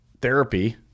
therapy